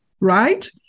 Right